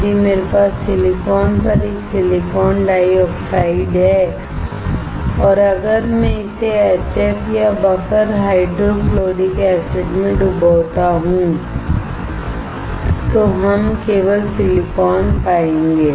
यदि मेरे पास सिलिकॉन पर एक सिलिकॉन डाइऑक्साइड है और अगर मैं इसे एचएफ या बफर हाइड्रोफ्लोरिक एसिड में डुबोता हूं तो हम केवल सिलिकॉन पाएंगे